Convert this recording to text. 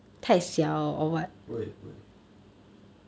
不会不会